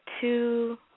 two